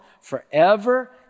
Forever